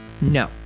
no